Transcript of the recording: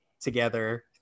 together